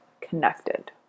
connected